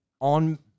on